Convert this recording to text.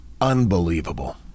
Unbelievable